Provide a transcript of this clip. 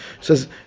says